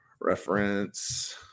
reference